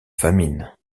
famine